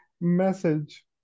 message